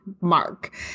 mark